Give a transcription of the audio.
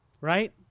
Right